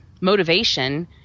motivation